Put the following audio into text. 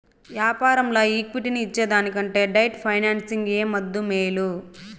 యాపారంల ఈక్విటీని ఇచ్చేదానికంటే డెట్ ఫైనాన్సింగ్ ఏ ముద్దూ, మేలు